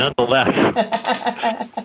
Nonetheless